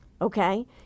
Okay